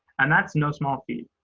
and that's no small feat.